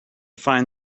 find